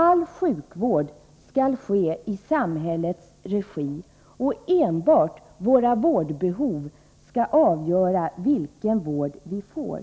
All sjukvård skall ske i samhällets regi, och enbart våra vårdbehov skall avgöra vilken vård vi får.